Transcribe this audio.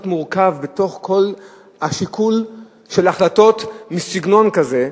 מורכבים בתוך כל השיקול של החלטות בסגנון כזה,